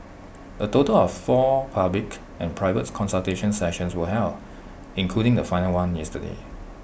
A total of four public and private consultation sessions were held including the final one yesterday